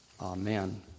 Amen